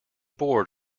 bored